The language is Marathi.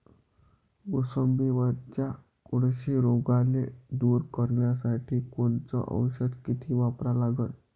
मोसंबीवरच्या कोळशी रोगाले दूर करासाठी कोनचं औषध किती वापरा लागन?